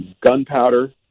gunpowder